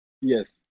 Yes